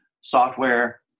software